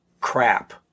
Crap